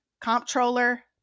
comptroller